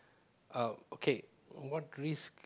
uh okay what risk